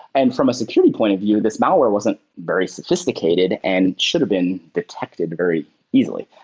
and from a security point of view, this malware wasn't very sophisticated and should have been detected very easily.